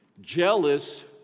Jealous